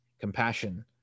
compassion